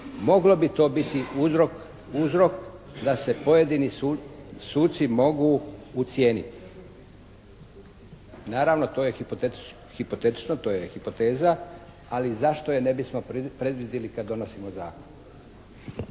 moglo bi to biti uzrok da se pojedini suci mogu ucijeniti. Naravno to je hipotetično, to je hipoteza, ali zašto je ne bismo predvidjeli kad donosimo zakon.